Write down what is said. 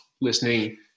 listening